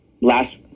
last